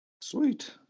Sweet